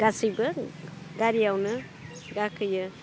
गासैबो गारियावनो गाखोयो